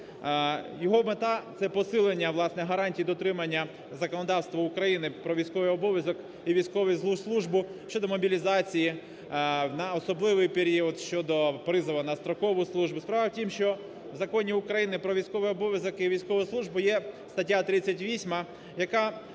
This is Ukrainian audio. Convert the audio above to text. його мета – це посилення, власне, гарантій дотримання законодавства України про військовий обов'язок і військову службу щодо мобілізації на особливий період, щодо призову на строкову службу. Справа в тому, що в Законі України "Про військовий обов'язок і військову службу" є стаття 38, яка,